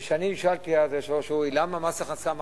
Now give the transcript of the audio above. וכשאני נשאלתי אז: למה מס הכנסה.